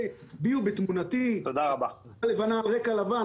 בי ובתמונתי ואולי היא הייתה לבנה על רקע לבן,